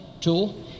tool